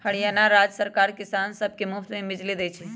हरियाणा राज्य सरकार किसान सब के मुफ्त में बिजली देई छई